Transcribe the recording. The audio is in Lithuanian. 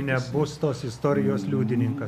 nebus tos istorijos liudininkas